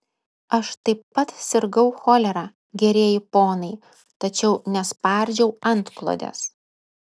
aš taip pat sirgau cholera gerieji ponai tačiau nespardžiau antklodės